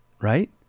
right